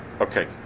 Okay